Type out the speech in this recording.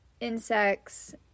insects